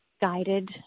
guided